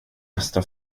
bästa